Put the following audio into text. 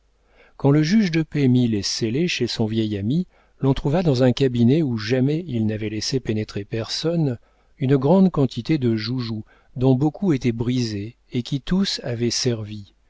quand le juge de paix mit les scellés chez son vieil ami on trouva dans un cabinet où jamais il n'avait laissé pénétrer personne une grande quantité de joujoux dont beaucoup étaient brisés et qui tous avaient servi